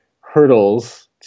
hurdles